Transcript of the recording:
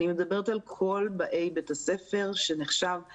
אני מדברת על כל באי בית הספר שנחשב לצוות חינוכי.